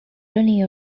only